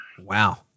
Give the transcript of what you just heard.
Wow